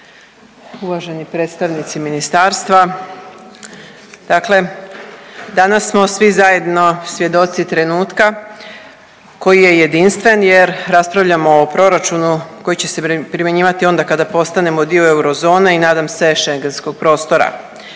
uvaženi predstavnici ministarstva. Dakle, danas smo svi zajedno svjedoci trenutka koji je jedinstven jer raspravljamo o proračunu koji će primjenjivati onda kada postanemo dio eurozone i nadam se Schengenskog prostora.